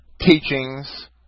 teachings